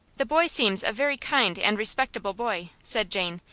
the boy seems a very kind and respectable boy, said jane,